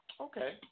Okay